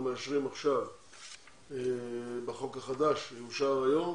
מאשרים עכשיו בחוק החדש שיאושר היום